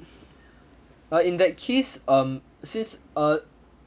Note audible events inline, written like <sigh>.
<breath> err in that case um since err